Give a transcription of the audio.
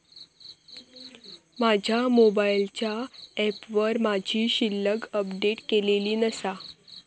माझ्या मोबाईलच्या ऍपवर माझी शिल्लक अपडेट केलेली नसा